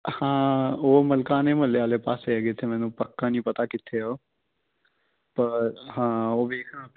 ਹਾਂ ਉਹ ਮਲਕਾਨੇ ਮੁਹੱਲੇ ਵਾਲੇ ਪਾਸੇ ਹੈ ਕਿੱਥੇ ਮੈਨੂੰ ਪੱਕਾ ਨਹੀਂ ਪਤਾ ਕਿੱਥੇ ਆ ਉਹ ਪਰ ਹਾਂ ਉਹ ਵੇਖਣਾ ਪਏਗਾ